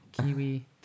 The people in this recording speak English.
kiwi